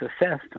assessed